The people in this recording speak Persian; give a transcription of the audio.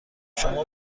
شما